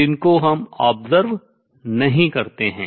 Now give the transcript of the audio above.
जिनको हम observe नहीं करते देख नहीं सकतें हैं